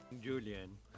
Julian